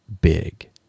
big